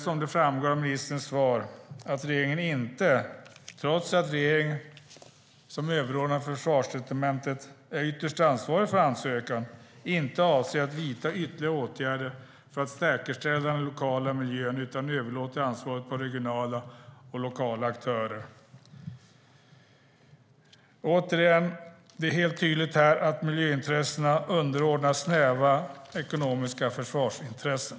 Som framgår av ministerns svar har regeringen inte, trots att den som överordnad Försvarsdepartementet är ytterst ansvarig för ansökan, inte avser att vidta åtgärder för att säkerställa den lokala miljön utan överlåter ansvaret på regionala och lokala aktörer. Återigen är det helt tydligt att miljöintressena underordnas snäva ekonomiska försvarsintressen.